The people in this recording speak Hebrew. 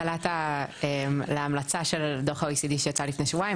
קלעת להמלצה של דוח הOECD שיצא לפני שבועיים,